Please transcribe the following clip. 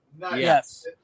Yes